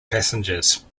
passengers